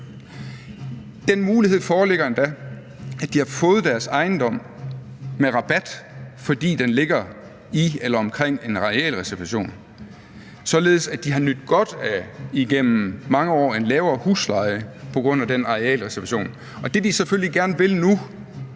Den mulighed foreligger endda, at de har fået deres ejendom med rabat, fordi den ligger i eller omkring en arealreservation, således at de igennem mange år har nydt godt af en lavere husleje på grund af den arealreservation. Og det, de selvfølgelig gerne vil nu,